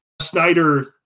Snyder